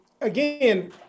Again